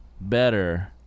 better